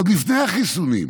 עוד לפני החיסונים,